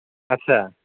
আচ্ছা